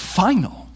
final